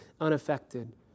unaffected